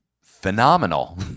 phenomenal